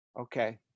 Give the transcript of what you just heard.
Okay